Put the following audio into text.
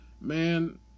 man